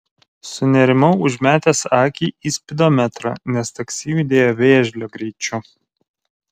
sunerimau užmetęs akį į spidometrą nes taksi judėjo vėžlio greičiu